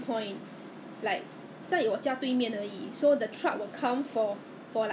we walk in 我们进去看一下我们去他没有他没有 testing the ah 没有试吃的 lah then !wah!